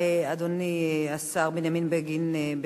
אדוני השר זאב בנימין בגין,